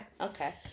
okay